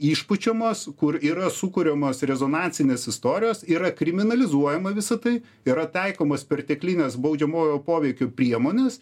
išpučiamos kur yra sukuriamos rezonansinės istorijos yra kriminalizuojama visa tai yra taikomos perteklinės baudžiamojo poveikio priemonės